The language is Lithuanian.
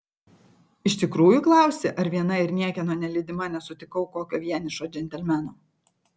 iš tikrųjų klausi ar viena ir niekieno nelydima nesutikau kokio vienišo džentelmeno